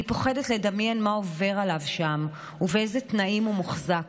אני פוחדת לדמיין מה עובר עליו שם ובאיזה תנאים הוא מוחזק.